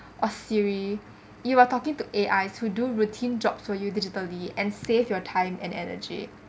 siri you are talking to A_I who do routine jobs for you digitally and save your time and energy